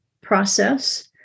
process